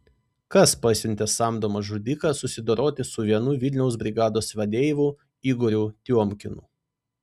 kas pasiuntė samdomą žudiką susidoroti su vienu vilniaus brigados vadeivų igoriu tiomkinu